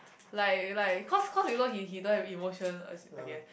like like cause cause you know he he don't have emotion as in I guess